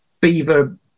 beaver